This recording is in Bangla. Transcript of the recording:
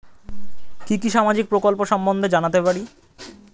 কি কি সামাজিক প্রকল্প সম্বন্ধে জানাতে পারি?